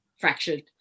fractured